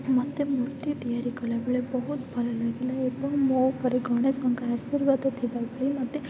ମୋତେ ମୂର୍ତ୍ତି ତିଆରି କଲା ବେଳେ ବହୁତ ଭଲ ଲାଗିଲା ଏବଂ ମୋ ଉପରେ ଗଣେଶଙ୍କର ଆର୍ଶିବାଦ ଥିବା ଭଳି ମୋତେ